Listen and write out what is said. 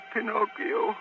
Pinocchio